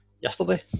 yesterday